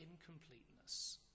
incompleteness